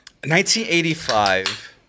1985